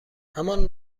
همان